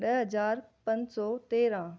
ॾह हज़ार पंज सौ तेरहां